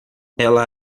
ela